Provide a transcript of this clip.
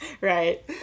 Right